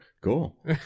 cool